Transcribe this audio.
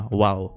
wow